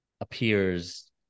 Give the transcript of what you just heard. appears